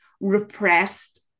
repressed